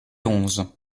onze